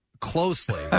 closely